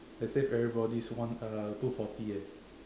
I saved everybody's one uh two forty eh